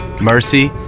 Mercy